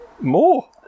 more